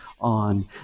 on